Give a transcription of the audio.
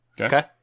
okay